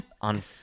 on